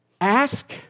Ask